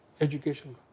education